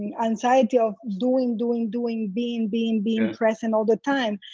anxiety of doing, doing, doing, being, being, being present all the time.